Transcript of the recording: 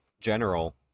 general